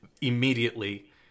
immediately